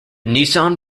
nissan